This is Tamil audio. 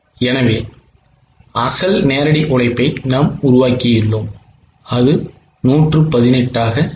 எனவே அசல் நேரடி உழைப்பை நாம் உருவாக்கியுள்ளோம் அது 118 ஆக இருக்கும்